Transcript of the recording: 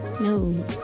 No